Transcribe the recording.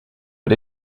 but